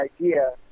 idea